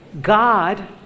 God